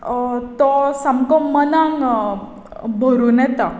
तो सामको मनांक भरून येता